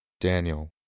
Daniel